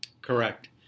Correct